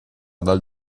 dal